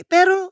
Pero